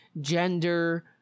gender